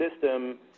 system